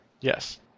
Yes